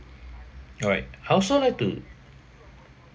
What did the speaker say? alright I'd also like to